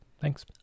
thanks